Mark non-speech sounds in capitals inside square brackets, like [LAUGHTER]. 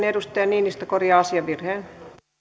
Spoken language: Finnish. [UNINTELLIGIBLE] edustaja niinistö korjaa asiavirheen